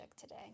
today